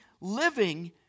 living